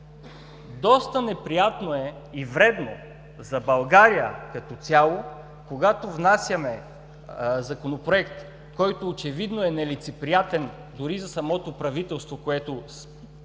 доста неприятно и вредно за България като цяло е, когато внасяме Законопроект, който очевидно е нелицеприятен дори за самото правителство, което с половин